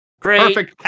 great